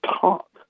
talk